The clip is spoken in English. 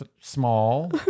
small